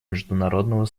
международного